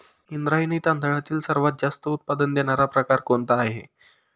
इंद्रायणी तांदळामधील सर्वात जास्त उत्पादन देणारा प्रकार कोणता आहे?